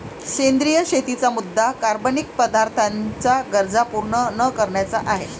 सेंद्रिय शेतीचा मुद्या कार्बनिक पदार्थांच्या गरजा पूर्ण न करण्याचा आहे